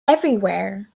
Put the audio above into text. everywhere